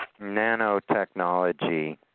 nanotechnology